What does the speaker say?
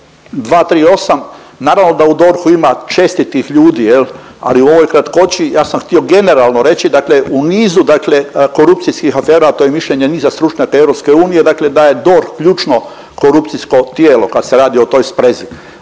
238., naravno da u DORH-u ima čestitih ljudi jel, ali u ovoj kratkoći ja sam htio generalno reći, dakle u nizu dakle korupcijskih afera, a to je mišljenje niza stručnjaka EU dakle da je DORH ključno korupcijsko tijelo kad se radi o toj sprezi,